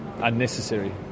unnecessary